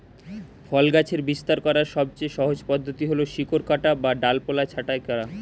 ফল গাছের বিস্তার করার সবচেয়ে সহজ পদ্ধতি হল শিকড় কাটা বা ডালপালা ছাঁটাই করা